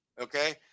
Okay